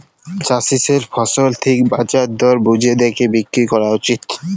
চাষীদের ফসল ঠিক বাজার দর বুঝে দ্যাখে বিক্রি ক্যরা উচিত